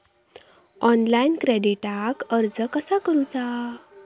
Online क्रेडिटाक अर्ज कसा करुचा?